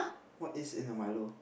what is in the Milo